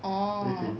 orh